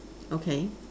okay